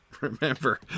remember